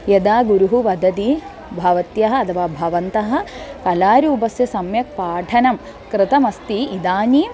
यदा गुरुः वदति भवत्यः अथवा भवन्तः कलारूपस्य सम्यक् पाठनं कृतमस्ति इदानीम्